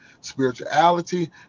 spirituality